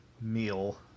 meal